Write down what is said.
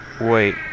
Wait